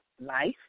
life